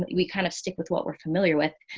we kind of stick with what we're familiar with.